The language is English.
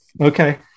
okay